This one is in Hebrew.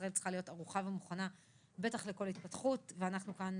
ישראל צריכה להיות ערוכה ומוכנה לכל התפתחות ואנחנו כאן,